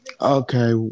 Okay